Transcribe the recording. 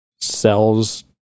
sells